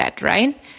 right